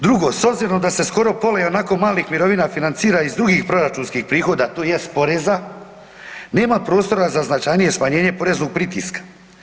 Drugo, s obzirom da se pola i onako malih mirovina financira iz drugih proračunskih prihoda tj. poreza, nema prostora za značajnije smanjenje poreznog pritiska.